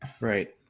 right